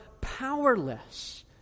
powerless